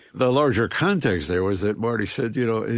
the larger context there was that marty said, you know,